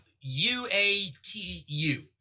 U-A-T-U